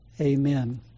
amen